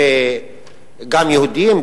גם יהודים,